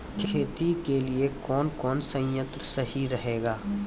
खेती के लिए कौन कौन संयंत्र सही रहेगा?